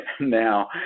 now